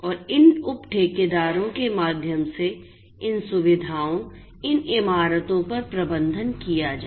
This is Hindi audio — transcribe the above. और इन उप ठेकेदारों के माध्यम से इन सुविधाओं इन इमारतों पर प्रबंधन किया जाए